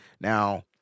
Now